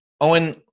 Owen